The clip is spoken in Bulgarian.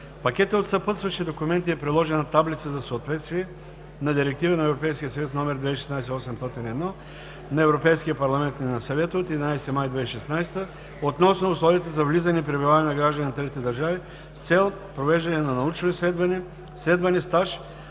пакета от съпътстващи документи е приложена таблица за съответствие на Директива на Европейския съюз № 2016/801 на Европейския парламент и на Съвета от 11 май 2016 г. относно условията за влизане и пребиваване на граждани на трети държави с цел провеждане на научно изследване, следване, стаж,